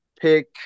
pick